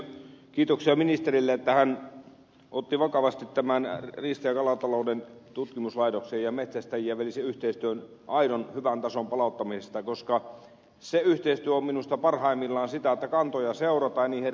kiitoksia ministerille että hän otti vakavasti tämän huolen riista ja kalatalouden tutkimuslaitoksen ja metsästäjien välisen yhteistyön aidon hyvän tason palauttamisesta koska se yhteistyö on minusta parhaimmillaan sitä että kantoja seurataan ja niihin reagoidaan